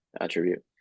attribute